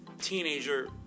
teenager